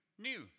new